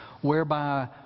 whereby